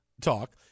talk